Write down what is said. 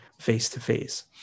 face-to-face